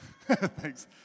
Thanks